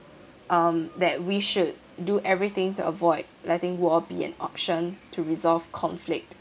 um that we should do everything to avoid letting war be an option to resolve conflict